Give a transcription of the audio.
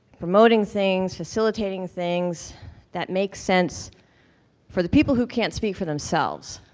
promoting things, facilitating things that make sense for the people who can't speak for themselves.